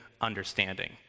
understanding